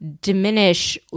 diminish